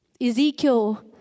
Ezekiel